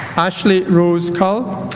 ashley rose cull